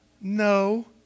No